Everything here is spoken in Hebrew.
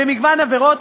במגוון עבירות,